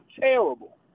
terrible